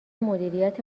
مدیریت